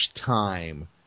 time